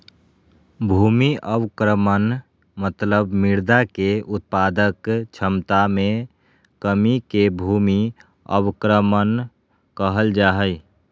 भूमि अवक्रमण मतलब मृदा के उत्पादक क्षमता मे कमी के भूमि अवक्रमण कहल जा हई